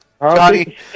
Johnny